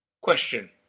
Question